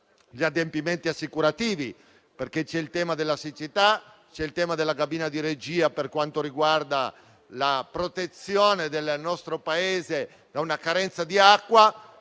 gli adempimenti assicurativi. C'è il tema della siccità e quello della cabina di regia per quanto riguarda la protezione del nostro Paese dalla carenza di acqua,